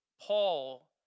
Paul